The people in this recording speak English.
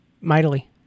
mightily